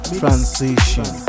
transition